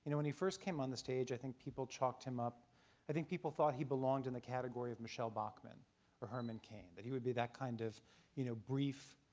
when he first came on the stage, i think people chalked him up i think people thought he belonged in the category of michele bachmann or herman cain. that he would be that kind of you know brief,